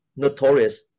notorious